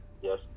yes